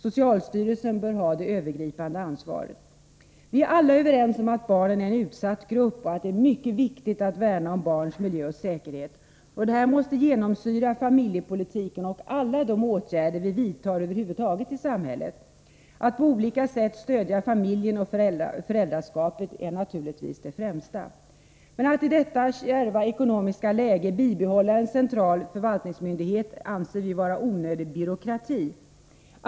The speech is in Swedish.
Socialstyrelsen bör ha det övergripande ansvaret. Vi är alla överens om att barnen är en utsatt grupp och att det är mycket viktigt att värna om barns miljö och säkerhet. Detta måste genomsyra familjepolitiken och alla de åtgärder som vi över huvud taget vidtar i samhället. Att på olika sätt stödja familjen och föräldraskapet är naturligtvis det främsta. Men att i detta kärva ekonomiska läge bibehålla en central förvaltningsmyndighet anser vi vara onödig byråkrati.